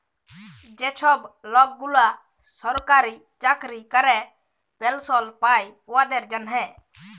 যে ছব লকগুলা সরকারি চাকরি ক্যরে পেলশল পায় উয়াদের জ্যনহে